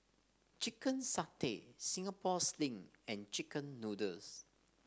Chicken Satay Singapore Sling and chicken noodles